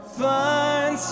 find